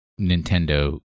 Nintendo